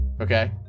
Okay